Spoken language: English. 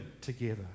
together